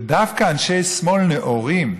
ודווקא אנשי שמאל "נאורים",